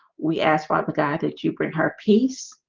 we asked what the guy did you bring her? peace?